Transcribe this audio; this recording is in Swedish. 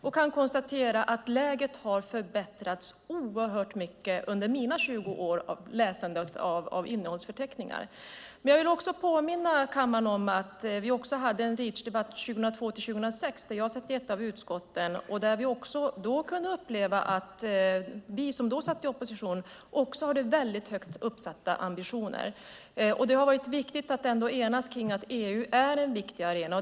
Jag kan konstatera att läget har förbättrats oerhört mycket under mina 20 år av läsandet av innehållsförteckningar. Jag vill påminna kammaren om att vi hade en Reachdebatt 2002-2006 där jag satt i ett av utskotten. Också då upplevde vi som då satt i opposition att man hade högt uppsatta ambitioner. Det har varit viktigt att enas om att EU är en viktig arena.